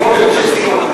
עוד פיגועים,